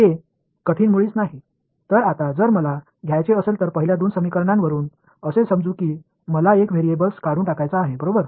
तर आता जर मला घ्यायचे असेल तर पहिल्या दोन समीकरणावरून असे समजू की मला एक व्हेरिएबल्स काढून टाकायचा आहे बरोबर